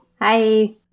hi